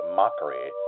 mockery